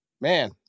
man